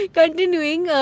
continuing